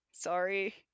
Sorry